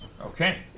Okay